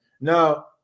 Now